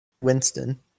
Winston